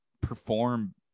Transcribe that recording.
perform